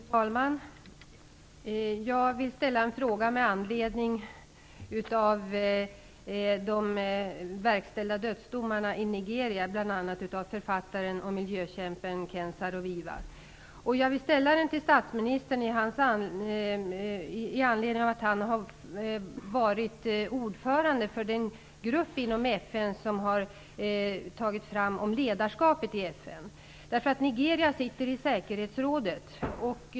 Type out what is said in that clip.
Fru talman! Jag vill ställa en fråga med anledning av de verkställda dödsdomarna i Nigeria, bl.a. mot författaren och miljökämpen Ken Saro-Wiwa. Jag ställer frågan till statsministern i anledning av att han har varit ordförande för den grupp inom FN som har arbetat med frågan om ledarskapet i FN, och Nigeria sitter i säkerhetsrådet.